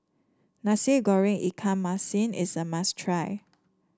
Nasi Goreng Ikan Masin is a must try